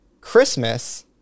Christmas